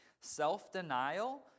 Self-denial